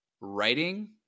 writing